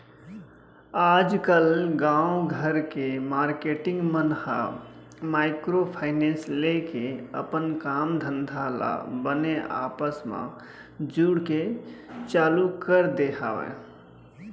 आजकल गाँव घर के मारकेटिंग मन ह माइक्रो फायनेंस लेके अपन काम धंधा ल बने आपस म जुड़के चालू कर दे हवय